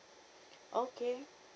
okay